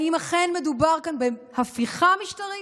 האם אכן מדובר כאן בהפיכה משטרית,